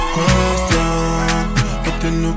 Question